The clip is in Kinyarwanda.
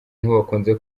ntibakunze